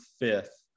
fifth